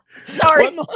Sorry